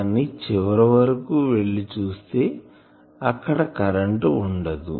కానీ చివరి వరకు వెళ్లి చుస్తే అక్కడ కరెంటు ఉండదు